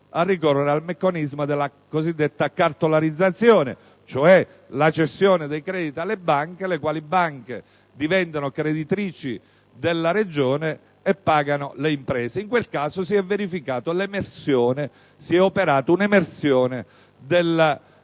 a ricorrere al meccanismo della cosiddetta cartolarizzazione, cioè alla cessione dei crediti alle banche, le quali diventano creditrici della Regione e pagano le imprese. In quel caso si è operata un'emersione dei debiti nei confronti del